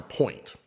point